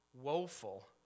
woeful